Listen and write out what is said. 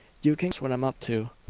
you can guess what i'm up to.